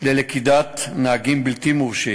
ללכידת נהגים בלתי מורשים,